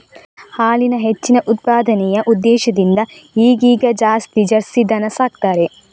ಹಾಲಿನ ಹೆಚ್ಚಿನ ಉತ್ಪಾದನೆಯ ಉದ್ದೇಶದಿಂದ ಈಗೀಗ ಜಾಸ್ತಿ ಜರ್ಸಿ ದನ ಸಾಕ್ತಾರೆ